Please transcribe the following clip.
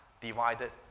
divided